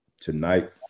tonight